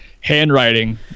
handwriting